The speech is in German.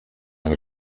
ein